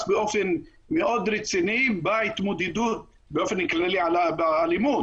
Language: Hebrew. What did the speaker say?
באופן מאוד רציני בה התמודדו באופן כללי על האלימות.